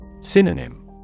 Synonym